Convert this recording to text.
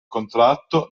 contratto